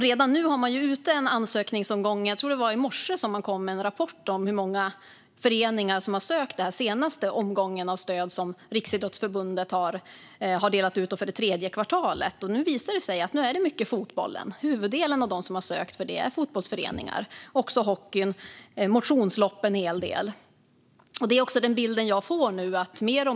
Redan nu pågår en ansökningsomgång, och jag tror att det var i morse man kom med en rapport om hur många föreningar som har sökt den senaste omgång stöd som Riksidrottsförbundet har delat ut för tredje kvartalet. Det visar sig att huvuddelen av dem som har sökt är fotbollsföreningar. Även hockeyn och en hel del motionslopp har sökt. Detta är också den bild jag får.